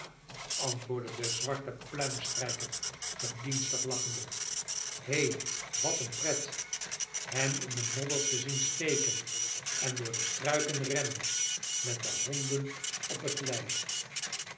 antwoordde de zwarte pluimstrijker gedienstig lachende he wat een pret hem in de modder te zien steken en door de struiken rennen met de honden op het lijf